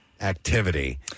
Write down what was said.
activity